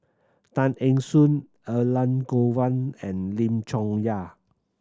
Tay Eng Soon Elangovan and Lim Chong Yah